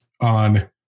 on